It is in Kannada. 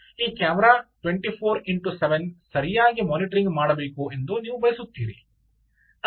ಈ ಕ್ಯಾಮೆರಾ 24 X 7 ಸರಿಯಾಗಿ ಮಾನಿಟರಿಂಗ್ ಮಾಡಬೇಕು ಎಂದು ನೀವು ಬಯಸುತ್ತೀರಿ